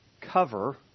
cover